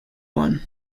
one